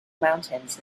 mountains